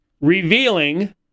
Revealing